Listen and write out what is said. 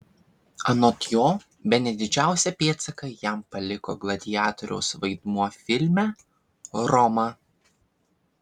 anot jo bene didžiausią pėdsaką jam paliko gladiatoriaus vaidmuo filme roma